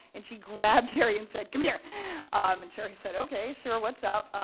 and she grabbed gerry and said, come here! um and gerry said, okay. sure, what's up?